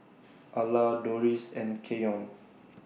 Ala Dorris and Keyon